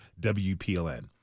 WPLN